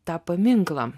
tą paminklą